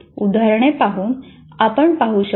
उदाहरणे पाहून आपण पाहू शकू